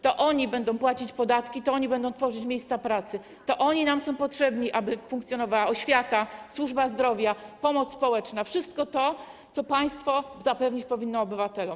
To oni będą płacić podatki, to oni będą tworzyć miejsca pracy, to oni są nam potrzebni, aby funkcjonowała oświata, służba zdrowia, pomoc społeczna, wszystko to, co państwo powinno zapewnić obywatelom.